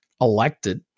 elected